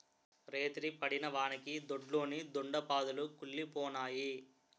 రేతిరి పడిన వానకి దొడ్లోని దొండ పాదులు కుల్లిపోనాయి